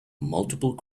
multiple